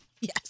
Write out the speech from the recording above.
Yes